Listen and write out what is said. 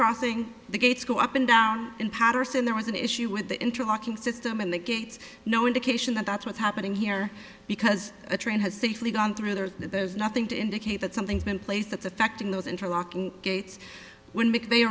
crossing the gates go up and down in patterson there was an issue with the interlocking system and the gates no indication that that's what's happening here because a train has safely gone through there there's nothing to indicate that something's been place that's affecting those interlocking gates w